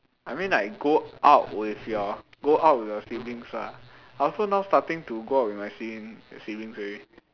I mean like go out with your go out with your siblings lah I also now starting to go out with my siblings siblings already